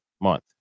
month